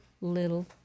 little